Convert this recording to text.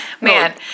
man